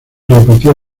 repitió